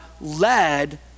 led